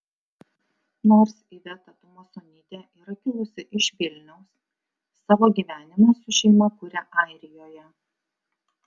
nors iveta tumasonytė yra kilusi iš vilniaus savo gyvenimą su šeima kuria airijoje